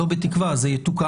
לא בתקווה אלא זה יתוקן,